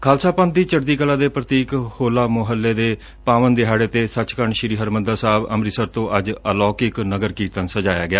ਖਾਲਸਾ ਪੰਬ ਦੀ ਚੜਦੀ ਕਲਾ ਦੇ ਪ੍ਰਤੀਕ ਹੱਲਾ ਮੁਹੱਲੇ ਦੇ ਪਾਵਨ ਦਿਹਾੜੇ ਤੇ ਸੱਚਖੰਡ ਸ੍ਰੀ ਹਰਿਮੰਦਰ ਸਾਹਿਬ ਤੋ ਅੱਜ ਅਲੋਕਿਕ ਨਗਰ ਕੀਰਤਨ ਸਜਾਇਆ ਗਿਆ